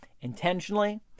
intentionally